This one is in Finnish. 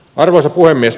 arvoisa puhemies